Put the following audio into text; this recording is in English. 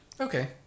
Okay